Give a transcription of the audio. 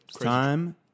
Time